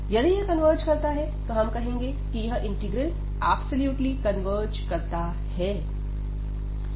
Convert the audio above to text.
यदि यह कन्वर्ज करता है तो हम कहेंगे कि यह इंटीग्रल ऐब्सोल्युटली कन्वर्ज करता है